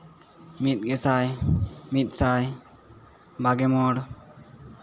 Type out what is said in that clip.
ᱢᱤᱫ ᱜᱮᱥᱟᱭ ᱢᱤᱫ ᱥᱟᱭ ᱵᱟᱜᱮ ᱢᱚᱬ